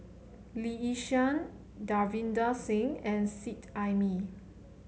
Lee Yi Shyan Davinder Singh and Seet Ai Mee